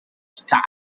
style